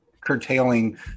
curtailing